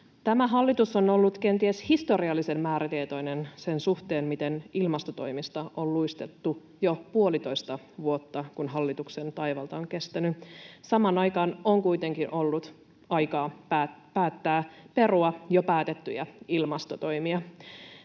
Tämä hallitus on ollut kenties historiallisen määrätietoinen sen suhteen, miten ilmastotoimista on luistettu, jo puolitoista vuotta, minkä hallituksen taivalta on kestänyt. Samaan aikaan on kuitenkin ollut aikaa päättää perua jo päätettyjä ilmastotoimia.